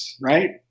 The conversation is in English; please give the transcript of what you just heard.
right